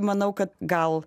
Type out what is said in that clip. manau kad gal